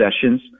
sessions